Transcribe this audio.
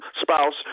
spouse